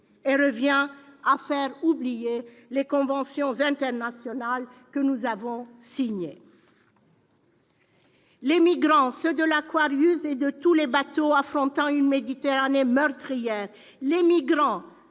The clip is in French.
Il revient à faire oublier les conventions internationales que nous avons signées. Les « migrants », ceux de l'et de tous les bateaux affrontant une Méditerranée meurtrière ; les « migrants